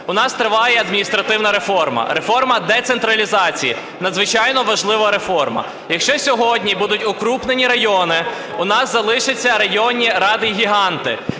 у нас триває адміністративна реформа, реформа децентралізації – надзвичайно важлива реформа. Якщо сьогодні будуть укрупнені райони, у нас залишаться районні ради-гіганти,